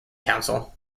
council